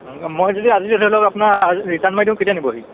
মই যদি আজি ধৰি লওক আপোনাৰ আজি ৰিটাৰ্ণ মাৰি দিওঁ কেতিয়া নিবহি